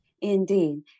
Indeed